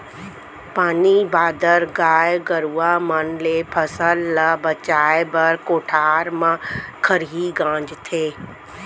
पानी बादर, गाय गरूवा मन ले फसल ल बचाए बर कोठार म खरही गांजथें